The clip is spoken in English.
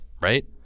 Right